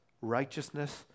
righteousness